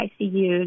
ICUs